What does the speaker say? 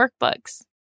workbooks